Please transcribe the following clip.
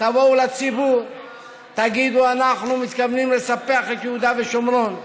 תבואו לציבור ותגידו: אנחנו מתכוונים לספח את יהודה ושומרון.